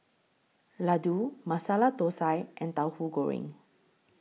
Laddu Masala Thosai and Tauhu Goreng